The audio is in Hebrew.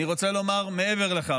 אני רוצה לומר מעבר לכך.